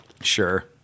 Sure